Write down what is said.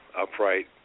upright